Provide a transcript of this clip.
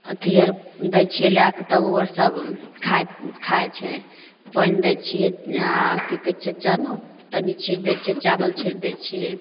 अथीआर दै छियै लएकऽ तऽ ओहो सब खा खाइ छै पानि दै छियै या की कहै छियै चनो तनी छीट दै छियै चाबल छीट दै छियै